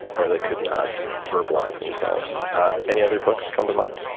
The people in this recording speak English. or they could not verbalize themselves. any other books come to mind?